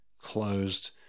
closed